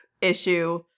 issue